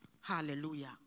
Hallelujah